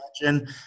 imagine